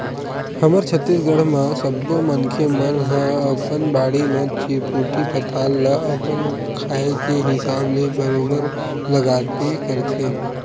हमर छत्तीसगढ़ म सब्बो मनखे मन ह अपन बाड़ी म चिरपोटी पताल ल अपन खाए के हिसाब ले बरोबर लगाबे करथे